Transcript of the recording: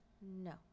No